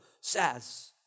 says